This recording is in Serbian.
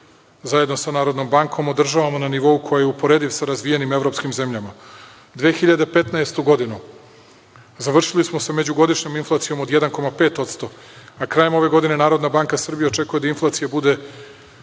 zajedno sa Narodnom bankom održavamo na nivou koji je uporediv sa razvijenim evropskim zemljama. Godinu 2015. završili smo sa međugodišnjom inflacijom od 1,5%, a krajem ove godine NBS očekuje da inflacija bude